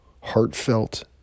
heartfelt